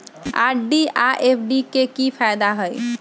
RD आ FD के कि फायदा हई?